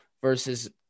versus